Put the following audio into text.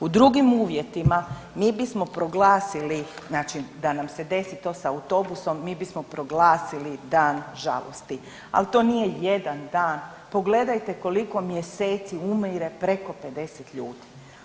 U drugim uvjetima mi bismo proglasili, znači da nam se desi to sa autobusom, mi bismo proglasili Dan žalosti, al to nije jedan dan, pogledajte koliko mjeseci umire preko 50 ljudi.